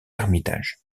ermitage